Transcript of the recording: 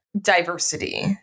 diversity